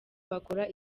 bakora